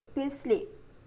payslip